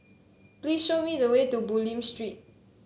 please show me the way to Bulim Street